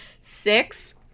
Six